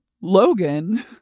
Logan